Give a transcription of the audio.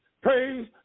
praise